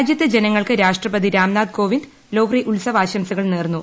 രാജ്യത്തെ ജനങ്ങൾക്ക് രാഷ്ട്രപതി രാംനാഥ് കോവിന്ദ് ലോഹ്രി ഉത്സവാശംസകൾ നേർന്നു